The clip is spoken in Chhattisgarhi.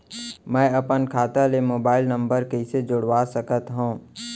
मैं अपन खाता ले मोबाइल नम्बर कइसे जोड़वा सकत हव?